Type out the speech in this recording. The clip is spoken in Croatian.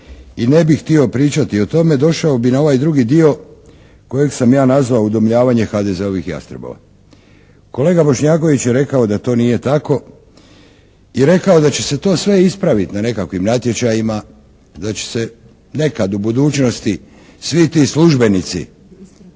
i ne bih htio pričati o tome. Došao bi na ovaj drugi dio kojeg sam ja nazvao udomljavanje HDZ-ovih "jastrebova". Kolega Bošnjaković je rekao da to nije tako i rekao da će se to sve ispraviti na nekakvim natječajima, da će se nekad u budućnosti svi ti službenici, da